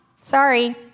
sorry